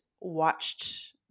watched